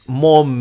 more